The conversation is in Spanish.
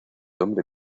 hombre